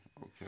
okay